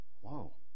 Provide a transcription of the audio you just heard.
Whoa